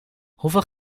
hoeveel